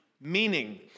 Meaning